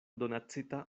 donacita